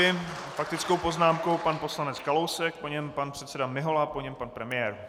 S faktickou poznámkou pan poslanec Kalousek, po něm pan předseda Mihola, po něm pan premiér.